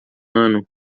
ano